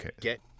get